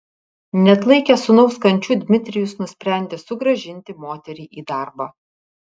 neatlaikęs sūnaus kančių dmitrijus nusprendė sugrąžinti moterį į darbą